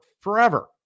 forever